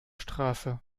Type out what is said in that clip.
straße